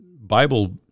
Bible